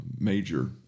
major